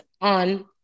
on